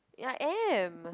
I am